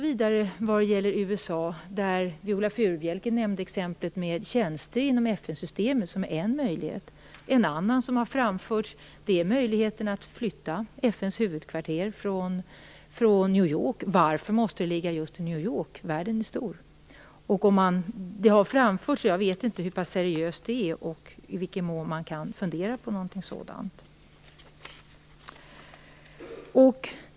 Vidare, vad gäller USA, nämnde Viola Furubjelke exemplet med tjänster inom FN-systemet, som är en möjlighet. En annan som har framförts är möjligheten att flytta FN:s huvudkvarter från New York. Varför måste det ligga just i New York? Världen är stor. Möjligheten har framförts, men jag vet inte hur seriöst det är och i vilken mån man kan fundera på något sådant.